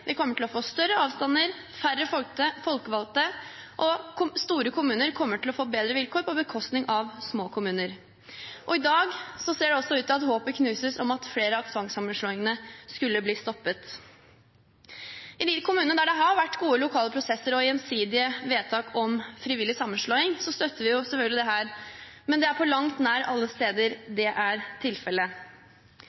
vi kommer til å få større avstander og færre folkevalgte, og store kommuner kommer til å få bedre vilkår på bekostning av små kommuner. I dag ser det altså ut til at håpet om at flere av tvangssammenslåingene skulle bli stoppet, knuses. I de kommunene der det har vært gode lokale prosesser og gjensidige vedtak om frivillig sammenslåing, støtter vi selvfølgelig dette her, men det er på langt nær alle steder